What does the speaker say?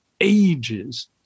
ages